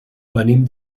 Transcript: venim